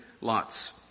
lots